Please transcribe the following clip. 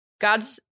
God's